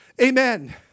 Amen